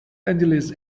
angeles